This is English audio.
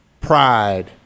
pride